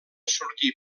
sortir